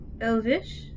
Elvish